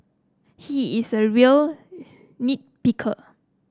he is a real nit picker